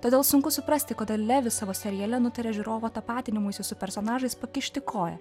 todėl sunku suprasti kodėl levi savo seriale nutarė žiūrovo tapatinimosi su personažais pakišti koją